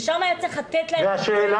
ושם היה צריך לתת להם --- מה השאלה?